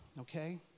Okay